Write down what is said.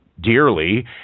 Dearly